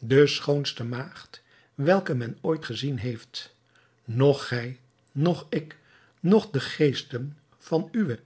de schoonste maagd welke men ooit gezien heeft noch gij noch ik noch de geesten van uwe